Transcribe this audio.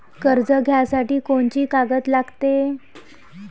कर्ज घ्यासाठी कोनची कागद लागते?